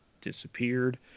disappeared